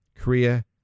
Korea